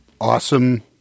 Awesome